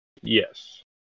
Yes